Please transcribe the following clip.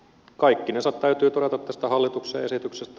kaikkinensa täytyy todeta tästä hallituksen esityksestä